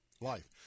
Life